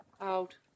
out